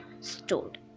stored